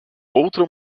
outra